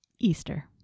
easter